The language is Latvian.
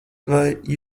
vai